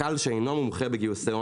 צריך להיפגש עם משקיעים פוטנציאליים,